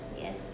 Yes